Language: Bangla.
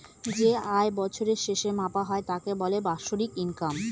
যে আয় বছরের শেষে মাপা হয় তাকে বলে বাৎসরিক ইনকাম